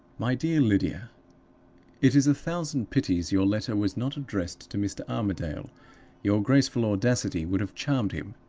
my dear lydia it is a thousand pities your letter was not addressed to mr. armadale your graceful audacity would have charmed him.